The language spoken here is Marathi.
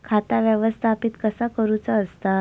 खाता व्यवस्थापित कसा करुचा असता?